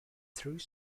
through